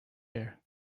here